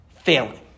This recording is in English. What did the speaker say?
failing